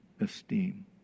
esteem